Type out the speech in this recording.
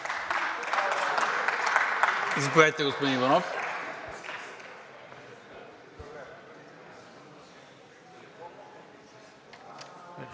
Заповядайте, господин Иванов.